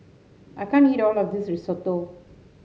I can't eat all of this Risotto